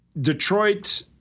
Detroit